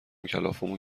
کلافمون